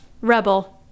Rebel